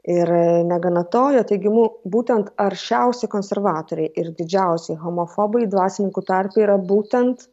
ir negana to jo teigimu būtent aršiausi konservatoriai ir didžiausi homofobai dvasininkų tarpe yra būtent